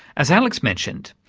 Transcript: as alex mentioned,